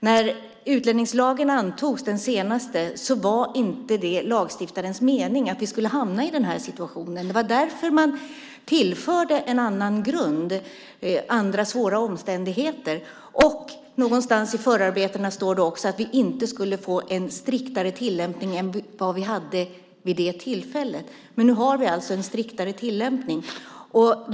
När den senaste utlänningslagen antogs var det inte lagstiftarens mening att vi skulle hamna i den här situationen. Det var därför man tillförde en annan grund, andra svåra omständigheter, och någonstans i förarbetena står det också att vi inte skulle få en striktare tillämpning än vad vi hade vid det tillfället. Men nu har vi alltså en striktare tillämpning.